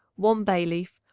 one bay-leaf,